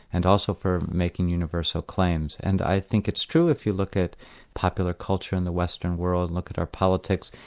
and also for making universal claims, and i think it's true if you look at popular culture in the western world, look at our politics,